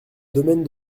domaine